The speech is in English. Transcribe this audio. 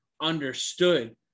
understood